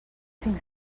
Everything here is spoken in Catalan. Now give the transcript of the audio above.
cinc